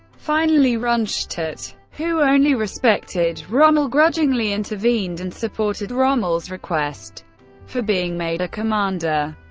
finally, rundstedt, who only respected rommel grudgingly, intervened and supported rommel's request for being made a commander.